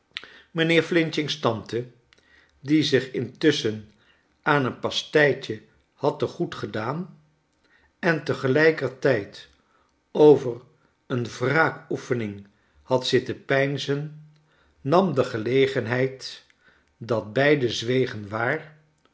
mijnheer f's tante die zich intusschen aan een pasteitje had te goed gedaan en te gelijkertijd over een wraakoefening had zitten peinzen nam de gelegenheid dat beiden zwegen waiir